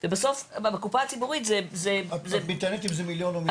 ובסוף בקופה הציבורית זה --- את מתארת אם זה מיליון או מיליארד.